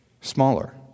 Smaller